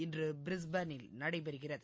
இன்று பிரிஸ்பனில் நடைபெறுகிறது